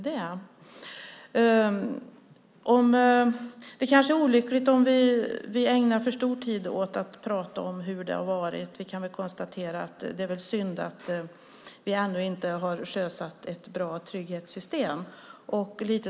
Det är kanske olyckligt om vi ägnar för stor tid åt att prata om hur det har varit. Vi kan väl konstatera att det är synd att vi ännu inte har sjösatt ett bra trygghetssystem.